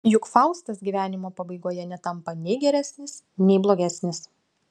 juk faustas gyvenimo pabaigoje netampa nei geresnis nei blogesnis